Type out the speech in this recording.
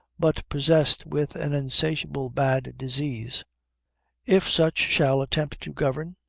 but possessed with an insatiable bad disease if such shall attempt to govern,